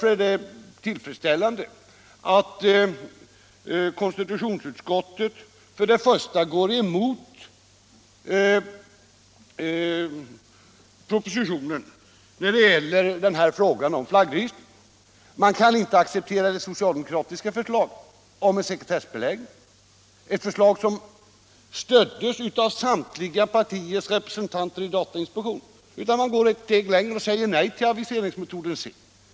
Det är för oss till 'fredsställande att konstitutionsutskottet nu går emot propositionen när det gäller frågan om flaggregistret. Man kan inte acceptera det socialdemokratiska förslaget om en sekretessbeläggning, ett förslag som stöddes av samtliga partiers representanter i datainspektionen, utan man går ett steg längre och säger nej till aviseringsmetod C.